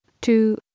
two